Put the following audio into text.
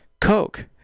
Coke